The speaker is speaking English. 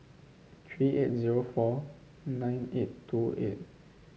three eight zero four nine eight two eight